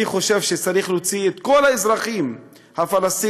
אני חושב שצריך להוציא את כל האזרחים הפלסטינים